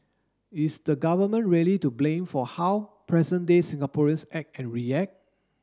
is the Government really to blame for how present day Singaporeans act and react